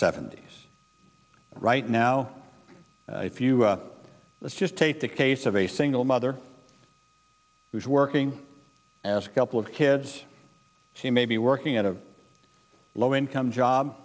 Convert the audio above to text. seventy s right now if you let's just take the case of a single mother who's working as a couple of kids she may be working at a low income job